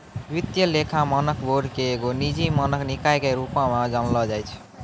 वित्तीय लेखा मानक बोर्ड के एगो निजी मानक निकाय के रुपो मे जानलो जाय छै